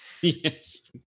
Yes